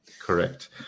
correct